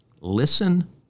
listen